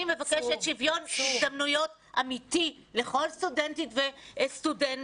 אני מבקשת שוויון הזדמנויות אמיתי לכל סטודנטית וסטודנט